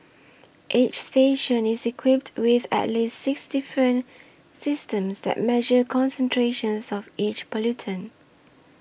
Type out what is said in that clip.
each station is equipped with at least six different systems that measure concentrations of each pollutant